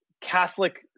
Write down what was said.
Catholic